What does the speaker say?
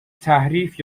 تحریف